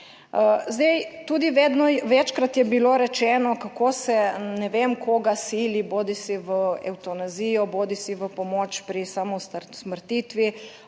tudi vedno večkrat je bilo rečeno, kako se ne vem, koga sili bodisi v evtanazijo bodisi v pomoč pri samo usmrtitvi,